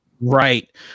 Right